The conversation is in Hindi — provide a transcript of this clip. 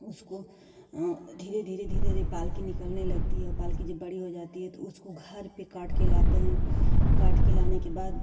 उसको धीरे धीरे धीरे धीरे पालक निकलने लगती है पालक जब बड़ी हो जाती है तो उसको घर पर काटकर लाते हैं काटकर लाने के बाद